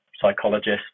psychologist